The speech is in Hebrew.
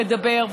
לדבר,